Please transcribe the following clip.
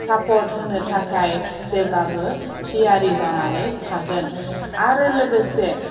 support होनो थाखाय जेब्लाबो थियारि जानानै थागोन आरो लोगोसे